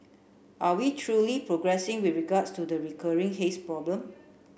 are we truly progressing with regards to the recurring haze problem